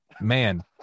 Man